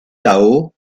tao